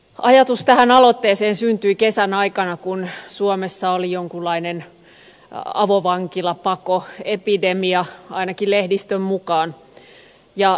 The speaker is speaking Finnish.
ajatus tästä aloitteesta syntyi kesän aikana kun suomessa oli jonkunlainen avovankilapakoepidemia ainakin lehdistön mukaan